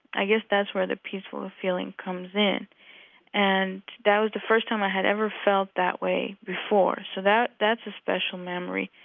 i guess that's where the peaceful feeling comes in and that was the first time i had ever felt that way before, so that's a special memory.